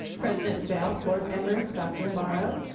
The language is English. president snell, board members, dr. navarro,